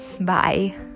Bye